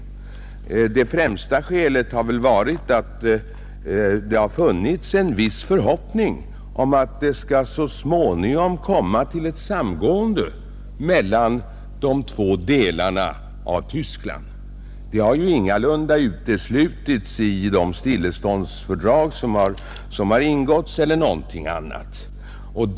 Det främsta skälet har väl varit att en viss förhoppning funnits om att det så småningom skall komma till ett samgående mellan de två delarna av Tyskland. Detta har ju ingalunda uteslutits i det stilleståndsfördrag som har ingåtts eller i något annat sammanhang.